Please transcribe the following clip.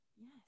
Yes